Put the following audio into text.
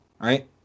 right